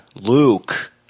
Luke